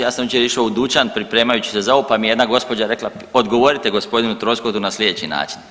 Ja sam jučer išao u dućan pripremajući se za ovo pa mi je jedna gospođa rekla, odgovorite g. Troskotu na sljedeći način.